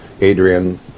Adrian